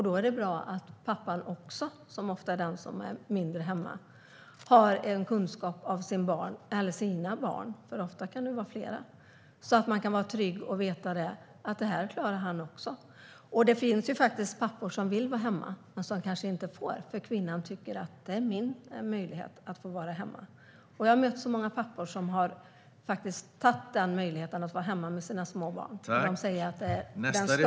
Då är det bra att även pappan, som ofta är den som är hemma mindre, har kunskap om sitt barn - eller sina barn, för de är ofta flera - så att man kan vara trygg och veta att det här klarar han också. Det finns faktiskt pappor som vill vara hemma men som kanske inte får för att kvinnan tycker att det är hennes möjlighet att vara hemma. Jag har mött många pappor som har tagit möjligheten att vara hemma med sina små barn. De säger att det är den största .